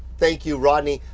thank you rodney,